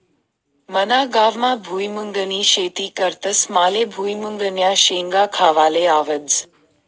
मना गावमा भुईमुंगनी शेती करतस माले भुईमुंगन्या शेंगा खावाले आवडस